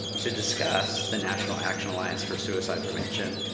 to discuss the national action alliance for suicide prevention,